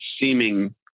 seeming